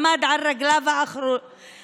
עמד על רגליו האחוריות.